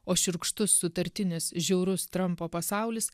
o šiurkštus sutartinis žiaurus trampo pasaulis